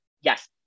Yes